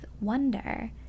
wonder